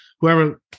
whoever